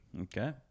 okay